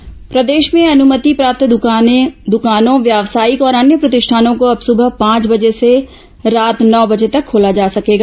दुकान समय प्रदेश में अनुमति प्राप्त दुकानों व्यावसायिक और अन्य प्रतिष्ठानों को अब सुबह पांच बजे से रात नौ बजे तक खोला जा सकेगा